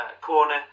corner